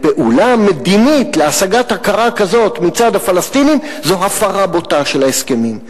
פעולה מדינית להשגת הכרה כזו מצד הפלסטינים זו הפרה בוטה של ההסכמים,